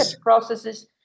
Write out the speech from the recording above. processes